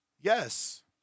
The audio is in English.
Yes